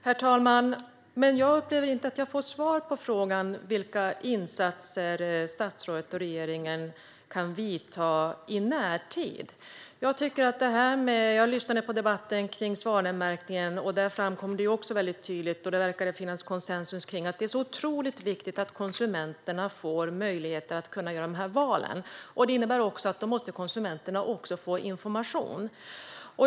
Herr talman! Jag upplever inte att jag får svar på frågan vilka insatser statsrådet och regeringen kan göra i närtid. Jag lyssnade på den föregående debatten om svanmärkningen. Där framgick det väldigt tydligt - och det verkade finnas konsensus kring det - att det är otroligt viktigt att konsumenterna får möjlighet att göra dessa val. Det innebär också att konsumenterna måste få information.